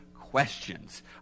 questions